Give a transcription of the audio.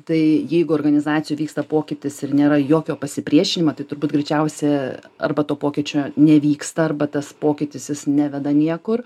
tai jeigu organizacijoj vyksta pokytis ir nėra jokio pasipriešinimo tai turbūt greičiausia arba to pokyčio nevyksta arba tas pokytis neveda niekur